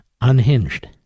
unhinged